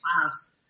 class